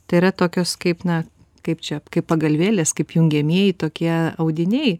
tai yra tokios kaip na kaip čia kaip pagalvėlės kaip jungiamieji tokie audiniai